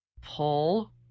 Pull